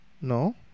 No